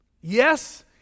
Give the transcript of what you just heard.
Yes